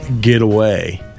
getaway